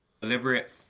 deliberate